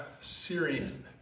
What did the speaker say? Syrian